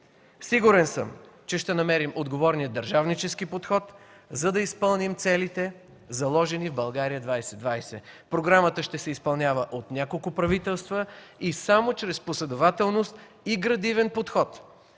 Сигурен съм, че ще намерим отговорния държавнически подход, за да изпълним целите, заложени в „България 2020”. Програмата ще се изпълнява от няколко правителства и само чрез последователност и градивен подход